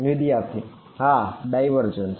વિદ્યાર્થી હા ડાઇવર્જન્સ